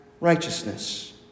righteousness